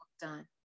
done